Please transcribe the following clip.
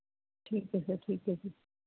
ਠੀਕ ਹੈ ਸਰ ਠੀਕ ਹੈ ਜੀ